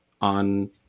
on